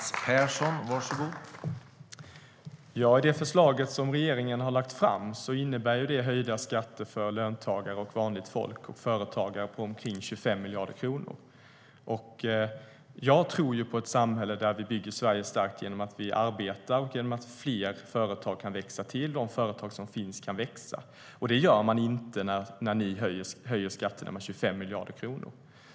Det förslag som regeringen har lagt fram innebär höjda skatter för löntagare, vanligt folk och företagare på omkring 25 miljarder kronor. Jag tror på ett samhälle där vi bygger Sverige starkt genom att vi arbetar, genom att fler företag kan växa till och genom att de företag som finns kan växa. Det sker inte när ni höjer skatterna med 25 miljarder kronor.